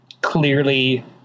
Clearly